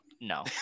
no